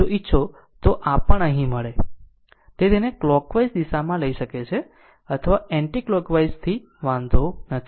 જો ઇચ્છો તો આ પણ અહીં મળે તે તેને કલોકવાઈઝ દિશામાં લઈ શકે છે અથવા એન્ટિકલોકવાઇઝ થી વાંધો નથી